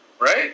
right